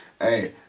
hey